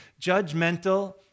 judgmental